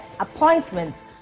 Appointments